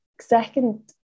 second